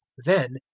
then,